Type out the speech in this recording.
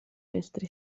estri